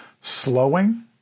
Slowing